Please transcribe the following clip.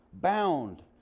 bound